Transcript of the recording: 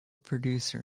producer